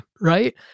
Right